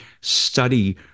study